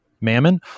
mammon